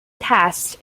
tests